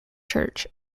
church